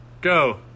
Go